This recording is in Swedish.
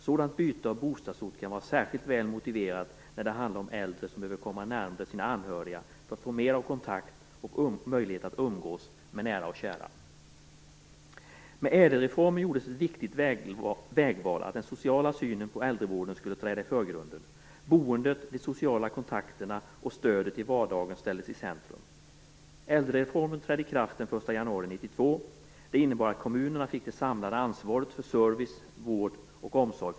Sådant byte av bostadsorter kan vara särskilt väl motiverat när det handlar om äldre som behöver komma närmare sina anhöriga för att få mer kontakt och möjlighet att umgås med nära och kära. Med ÄDEL-reformen gjordes ett viktigt vägval, att den sociala synen på äldrevården skulle träda i förgrunden. Boendet, de sociala kontakterna och stödet i vardagen ställdes i centrum. ÄDEL-reformen trädde i kraft den 1 januari 1992, vilket innebär att kommunerna fick det samlade ansvaret för de äldres service, vård och omsorg.